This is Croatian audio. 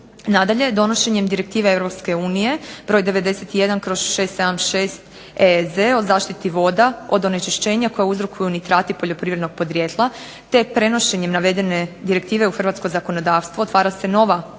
Nadalje donošenjem direktive Europske unije broj 91/676 EEZ, o zaštiti voda, od onečišćenja koja uzrokuju nitrati poljoprivrednog podrijetla, te prenošenjem navedene direktive u hrvatsko zakonodavstvo, otvara se nova mogućnost